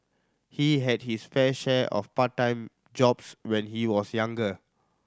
he had his fair share of part time jobs when he was younger